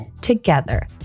together